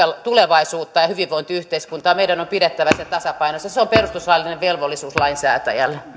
tulevaisuutta ja hyvinvointiyhteiskuntaa meidän on pidettävä se tasapainossa se on perustuslaillinen velvollisuus lainsäätäjällä